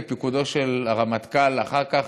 בפיקודו של הרמטכ"ל אחר כך,